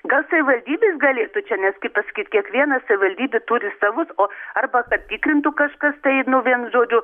gal savivaldybės galėtų čia nes kaip pasakyt kiekviena savivaldybė turi savus o arba patikrintų kažkas tai nu vienu žodžiu